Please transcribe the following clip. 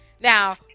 now